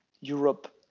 europe